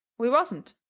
we wasn't.